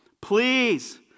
Please